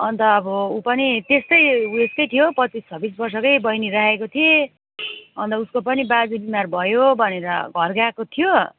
अन्त अब उ पनि त्यस्तै उएसकै थियो पच्चिस छब्बिस वर्षको बहिनी राखेको थिएँ अन्त उसको पनि बाजे बिमार भयो भनेर घर गएको थियो